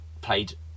played